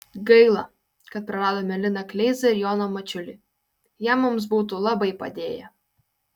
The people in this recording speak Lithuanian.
gaila kad praradome liną kleizą ir joną mačiulį jie mums būtų labai padėję